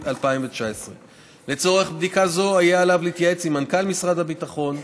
2019. לצורך בדיקה זו יהיה עליו להתייעץ עם מנכ"ל משרד הביטחון,